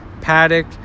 Paddock